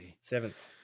Seventh